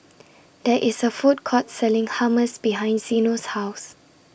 There IS A Food Court Selling Hummus behind Zeno's House